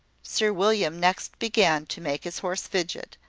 sir william next began to make his horse fidget,